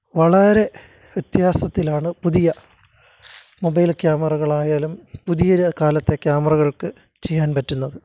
വളരെ വ്യത്യാസത്തിലാണ് പുതിയ മൊബൈല് ക്യാമറകളായാലും പുതിയൊരു കാലത്തെ ക്യാമറകള്ക്ക് ചെയ്യാന് പറ്റുന്നത്